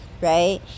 right